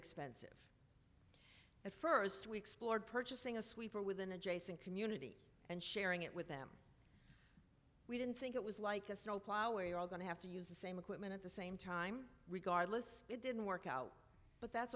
expensive and first we explored purchasing a sweeper with an adjacent community and sharing it with them we didn't think it was like a snowplow we're all going to have to use the same equipment at the same time regardless it didn't work out but that's